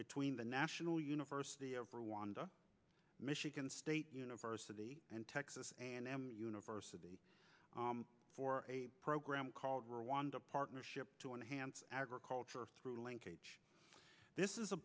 between the national university of rwanda michigan state university and texas a and m university for a program called rwanda partnership to enhance agriculture through linkage this is a